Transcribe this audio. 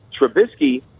Trubisky